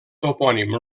topònim